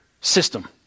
system